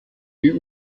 die